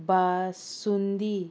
basundi